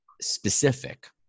specific